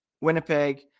Winnipeg